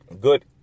good